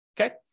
okay